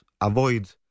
avoid